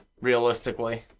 Realistically